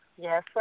Yes